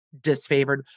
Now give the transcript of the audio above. disfavored